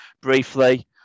briefly